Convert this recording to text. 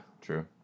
True